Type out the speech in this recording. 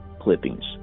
clippings